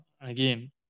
again